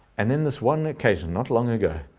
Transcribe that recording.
and then this one occasion not long ago,